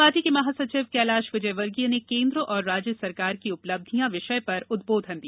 party के महासचिव कैलाश विजयवर्गीय ने केन्द्र और राज्य सरकार की उपल्बिधयां विषय पर उदबोधन दिया